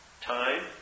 Time